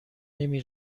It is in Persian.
نمی